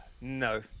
No